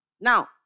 Now